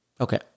Okay